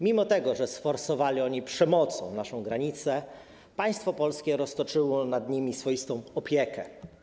Mimo że sforsowali oni przemocą naszą granicę, państwo polskie roztoczyło nad nimi swoistą opiekę.